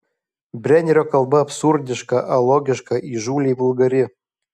brenerio kalba absurdiška alogiška įžūliai vulgari